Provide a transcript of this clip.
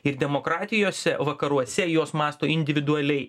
ir demokratijose vakaruose jos mąsto individualiai